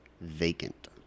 vacant